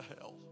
hell